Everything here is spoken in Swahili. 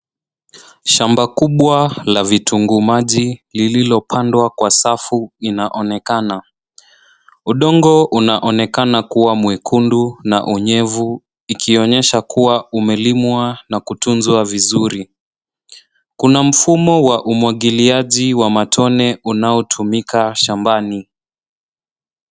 Shamba kubwa la vitunguu maji lillopandwa kwa safu linaonekana . Udongo unaonekana kuwa mwekundu na unyevu ikionyesha kuwa umelimwa na kutunzwa vizuri. Kuna mfumo wa umwagiliaji wa matone unaotumika shambani.